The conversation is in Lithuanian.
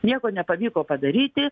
nieko nepavyko padaryti